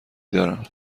دارم